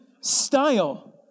style